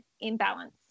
imbalance